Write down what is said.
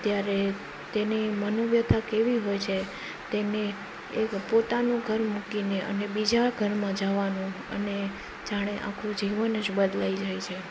ત્યારે તેની મનોવ્યથા કેવી હોય છે તેને એક પોતાનું ઘર મૂકીને અને બીજા ઘરમાં જવાનું અને જાણે આખું જીવન જ બદલાઈ જાય છે